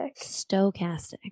Stochastic